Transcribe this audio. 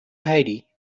heidi